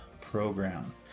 program